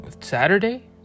saturday